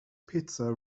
pizza